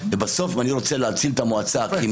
ובסוף אני רוצה להציל את המועצה כי הם